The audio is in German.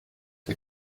der